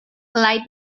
light